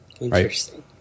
Interesting